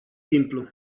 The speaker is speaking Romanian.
simplu